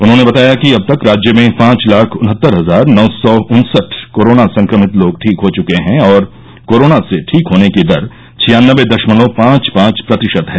उन्होंने बताया कि अब तक राज्य में पांच लाख उन्हत्तर हजार नौ सौ उन्सठ कोरोना संक्रमित लोग ठीक हो चुके हैं और कोरोना से ठीक होने की दर छियान्नबे दशमलव पांच पांच प्रतिशत है